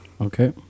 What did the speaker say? Okay